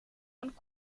und